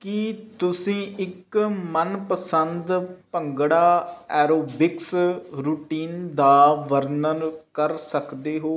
ਕੀ ਤੁਸੀਂ ਇੱਕ ਮਨ ਪਸੰਦ ਭੰਗੜਾ ਐਰੋਬਿਕਸ ਰੂਟੀਨ ਦਾ ਵਰਣਨ ਕਰ ਸਕਦੇ ਹੋ